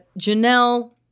Janelle